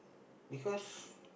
because